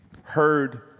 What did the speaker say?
heard